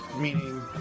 meaning